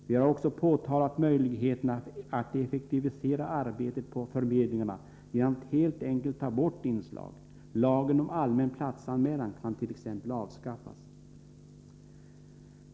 Vi har också framhållit möjligheten att effektivisera arbetet på förmedlingarna genom att helt enkelt ta bort vissa inslag. Lagen om allmän platsanmälan kan t.ex. avskaffas.